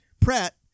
Pratt